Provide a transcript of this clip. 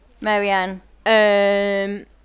Marianne